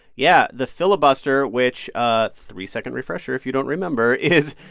yeah, the filibuster, which ah three second refresher, if you don't remember is,